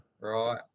Right